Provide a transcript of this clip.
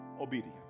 obedience